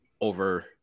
over